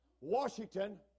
Washington